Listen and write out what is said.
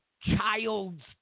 child's